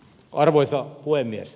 arvoisa puhemies